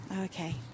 okay